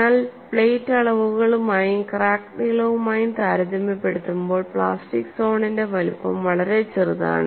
എന്നാൽ പ്ലേറ്റ് അളവുകളുമായും ക്രാക്ക് നീളവുമായും താരതമ്യപ്പെടുത്തുമ്പോൾ പ്ലാസ്റ്റിക് സോണിന്റെ വലുപ്പം വളരെ ചെറുതാണ്